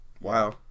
wow